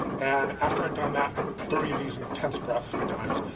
and after i've done that, thirty of these intense breaths three times,